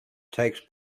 takes